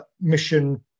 mission